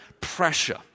pressure